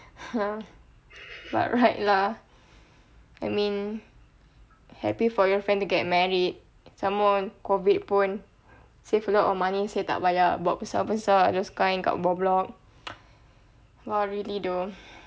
ha but right lah I mean happy for your friend to get married some more COVID pun save a lot of money seh tak buat besar-besar !wah! really though